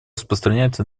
распространяется